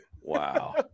Wow